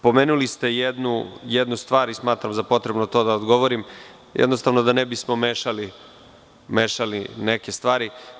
Pomenuli ste jednu stvar i smatram za potrebnim na to da odgovorim da ne bismo mešali neke stvari.